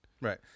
right